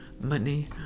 money